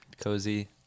cozy